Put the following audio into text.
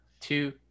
two